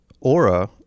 Aura